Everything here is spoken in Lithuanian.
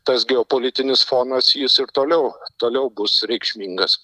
tas geopolitinis fonas jis ir toliau toliau bus reikšmingas